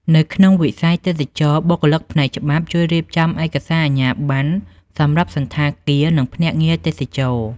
នៅក្នុងវិស័យទេសចរណ៍ បុគ្គលិកផ្នែកច្បាប់ជួយរៀបចំឯកសារអាជ្ញាប័ណ្ណសម្រាប់សណ្ឋាគារ និងភ្នាក់ងារទេសចរណ៍។